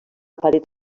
paret